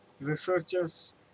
researchers